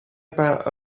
about